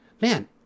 man